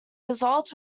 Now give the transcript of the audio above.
results